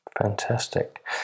Fantastic